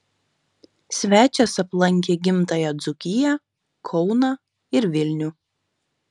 svečias aplankė gimtąją dzūkiją kauną ir vilnių